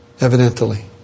evidently